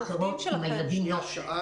דיברנו על זה ביום חמישי האחרון,